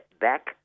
back